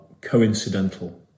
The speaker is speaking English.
coincidental